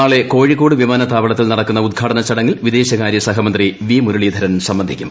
നാളെ കോഴിക്കോട് വിമാനത്താവളത്തിൽ നടക്കുന്ന ഉദ്ഘാടന ചടങ്ങിൽ വിദേശകാര്യ സഹമന്ത്രി വി മുരളീധരൻ സംബന്ധിക്കും